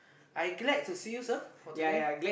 I glad to see you sir for today